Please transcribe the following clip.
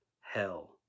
hell